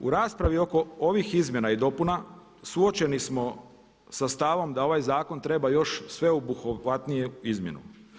U raspravi oko ovih izmjena i dopuna suočeni smo sa stavom da ovaj zakon treba još sveobuhvatniju izmjenu.